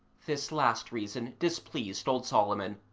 this last reason displeased old solomon,